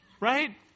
right